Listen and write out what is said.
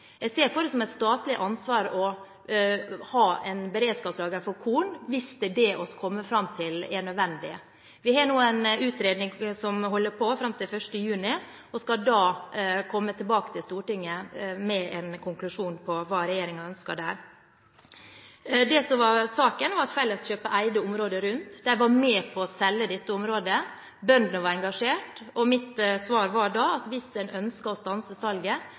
Jeg ser det som et statlig ansvar å ha et beredskapslager for korn, hvis det er det vi kommer fram til at er nødvendig. Vi har nå en utredning som holder på fram til 1. juni, og vi kommer da tilbake til Stortinget med en konklusjon på hva regjeringen ønsker der. Det som var saken, var at Felleskjøpet eide området rundt, de var med på å selge dette området, bøndene var engasjert, og mitt svar var da at hvis en ønsket å stanse salget,